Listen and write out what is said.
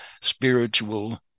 spiritual